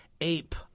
ape